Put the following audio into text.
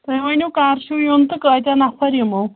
تُہۍ ؤنِو کَر چھُو یُن تہٕ کۭتیٛاہ نَفر یِمو